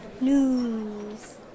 News